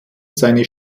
seine